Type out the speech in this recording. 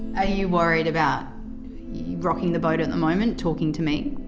are you worried about rocking the boat in the moment talking to me?